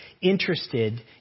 interested